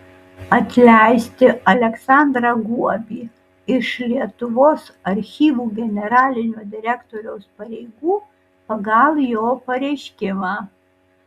atleisti aleksandrą guobį iš lietuvos archyvų generalinio direktoriaus pareigų pagal jo pareiškimą